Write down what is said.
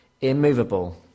immovable